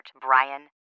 Brian